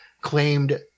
claimed